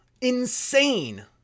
insane